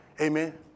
Amen